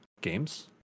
games